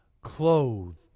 clothed